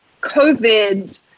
COVID